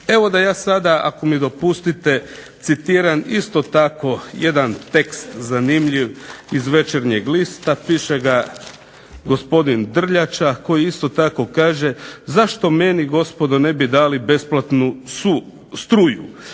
Evo da ja sada ako mi dopustite citiram isto tako jedan tekst zanimljiv iz Večernjeg lista, piše ga gospodin Drljača koji isto tako kaže: "Zašto meni gospodo ne bi dali besplatnu struju.